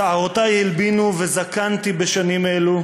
שערותי הלבינו, וזקנתי בשנים אלו,